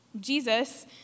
Jesus